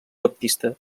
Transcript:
baptista